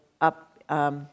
up